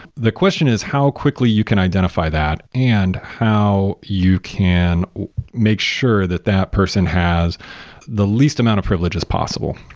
the question is how quickly you can identify that and how you can make sure that that person has the least amount of privilege is possible,